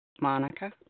Monica